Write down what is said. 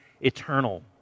eternal